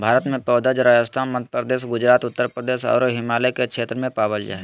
भारत में पौधा राजस्थान, मध्यप्रदेश, गुजरात, उत्तरप्रदेश आरो हिमालय के क्षेत्र में पावल जा हई